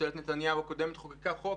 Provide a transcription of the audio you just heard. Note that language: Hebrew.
ממשלת נתניהו הקודמת חוקקה חוק